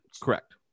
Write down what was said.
Correct